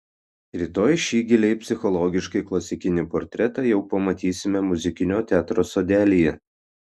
rytoj šį giliai psichologiškai klasikinį portretą jau pamatysime muzikinio teatro sodelyje